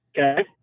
Okay